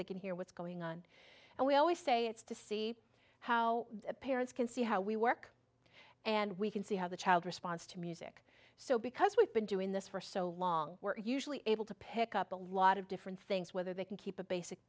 they can hear what's going on and we always say it's to see how parents can see how we work and we can see how the child responds to music so because we've been doing this for so long we're usually able to pick up a lot of different things whether they can keep a basic